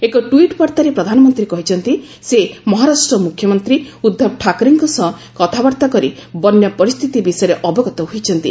ଏକ ଟ୍ୱିଟ୍ ବାର୍ଭାରେ ପ୍ରଧାନମନ୍ତ୍ରୀ କହିଛନ୍ତି ସେ ମହାରାଷ୍ଟ୍ର ମୁଖ୍ୟମନ୍ତ୍ରୀ ଉଦ୍ଧବ ଠାକରେଙ୍କ ସହ କଥାବାର୍ତ୍ତା କରି ବନ୍ୟା ପରିସ୍ଥିତି ବିଷୟରେ ଅବଗତ ହୋଇଛନ୍ତି